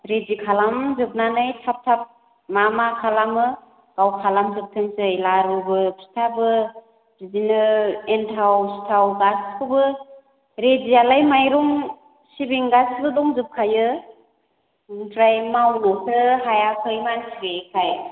रेदि खालाम जोबनानै थाब थाब मा मा खालामो गाव खालामजोबथोंसै लारुबो फिथाबो बिदिनो एनथाब सिथाव गासैखौबो रेदि यालाय माइरं सिबिं गासैबो दंजोबखायो ओमफ्राय मावनोसो हायाखै मानसि गैयैखाय